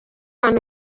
abantu